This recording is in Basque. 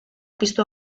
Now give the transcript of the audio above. piztu